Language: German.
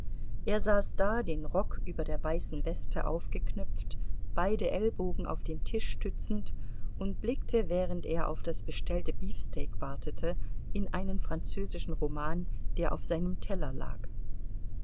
er saß da den rock über der weißen weste aufgeknöpft beide ellbogen auf den tisch stützend und blickte während er auf das bestellte beefsteak wartete in einen französischen roman der auf seinem teller lag